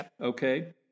okay